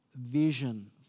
vision